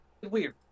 weird